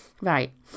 Right